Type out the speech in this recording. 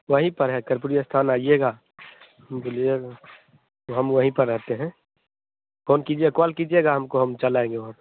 वही पर है करपुरिया स्थान आइएगा बोलिए हम वहीं पर रहते हैं फ़ोन कीजिए कॉल कीजिएगा हमको हम चल आएँगे वहाँ